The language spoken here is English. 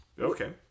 Okay